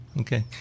Okay